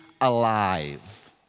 alive